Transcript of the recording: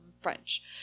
French